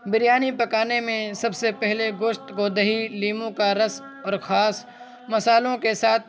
بریانی پکانے میں سب سے پہلے گوشت کو دہی لیموں کا رس اور خاص مصالحوں کے ساتھ